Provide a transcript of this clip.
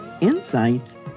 insights